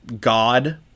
God